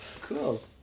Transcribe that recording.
Cool